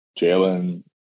Jalen